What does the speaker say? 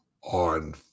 on